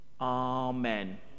Amen